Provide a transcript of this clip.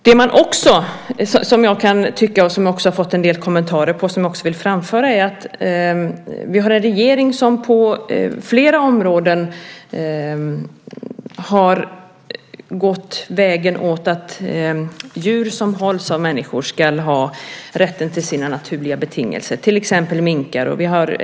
Jag vill framföra en del kommentarer jag har fått höra. Vi har en regering som på flera områden har gått den vägen att djur som hålls av människor ska ha rätt till sina naturliga betingelser, till exempel minkar.